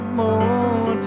more